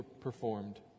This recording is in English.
performed